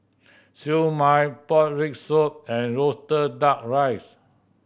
Siew Mai pork rib soup and roasted Duck Rice